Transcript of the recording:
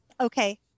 Okay